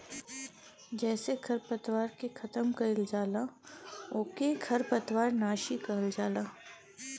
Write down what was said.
जेसे खरपतवार के खतम कइल जाला ओके खरपतवार नाशी कहल जाला